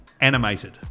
animated